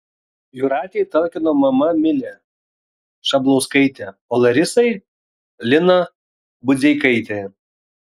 jūratei talkino mama milė šablauskaitė o larisai lina budzeikaitė